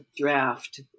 draft